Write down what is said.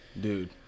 Dude